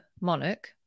monarch